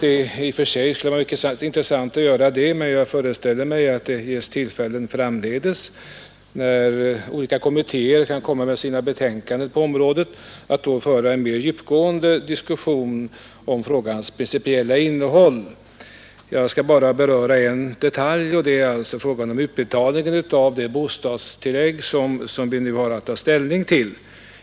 I och för sig skulle det vara intressant att beröra dessa, men jag föreställer mig att det framdeles när olika kommittéer kommer med sina betänkanden på området blir tillfälle att föra en mera djupgående diskussion om frågans principiella innehåll. Jag skall bara beröra en detalj, nämligen utbetalandet av det bostadstillägg som vi nu har att ta ställning till.